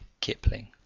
Kipling